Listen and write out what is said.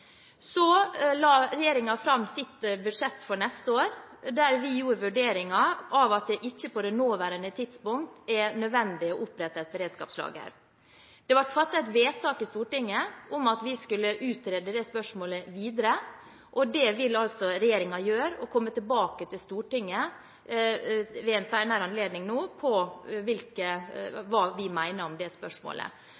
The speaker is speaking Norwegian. Så la regjeringen fram sitt budsjett for neste år, der vi gjorde den vurderingen at det på det nåværende tidspunkt ikke er nødvendig å opprette et beredskapslager. Det ble fattet et vedtak i Stortinget om at vi skulle utrede spørsmålet videre. Det vil regjeringen gjøre, og vi vil komme til Stortinget ved en senere anledning med hva vi mener om det spørsmålet. Så på